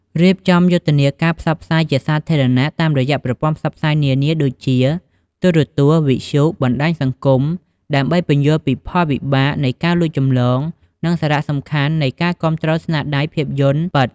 រៀបចំយុទ្ធនាការផ្សព្វផ្សាយជាសាធារណៈតាមរយៈប្រព័ន្ធផ្សព្វផ្សាយនានា ដូចជា ទូរទស្សន៍ វិទ្យុ បណ្តាញសង្គម ដើម្បីពន្យល់ពីផលវិបាកនៃការលួចចម្លង និងសារៈសំខាន់នៃការគាំទ្រស្នាដៃភាពយន្តពិត។